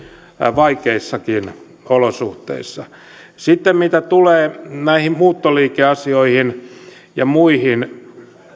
vaikeissakin olosuhteissa sitten mitä tulee näihin muuttoliikeasioihin ja muihin